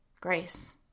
grace